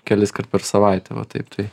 keliskart per savaitę o taip tai